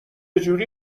جوری